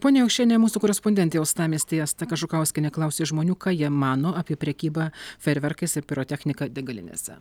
ponia aušrine mūsų korespondentė uostamiestyje asta kažukauskienė klausė žmonių ką jie mano apie prekybą fejerverkais ir pirotechnika degalinėse